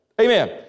Amen